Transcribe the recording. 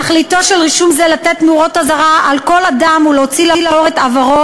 תכליתו של רישום זה לתת נורות אזהרה על כל אדם ולהוציא לאור את עברו,